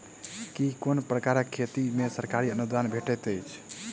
केँ कुन प्रकारक खेती मे सरकारी अनुदान भेटैत अछि?